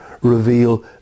reveal